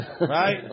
right